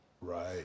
Right